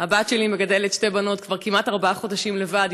הבת שלי מגדלת שתי בנות כבר כמעט ארבעה חודשים לבד,